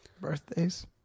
Birthdays